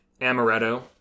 amaretto